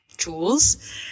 tools